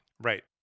right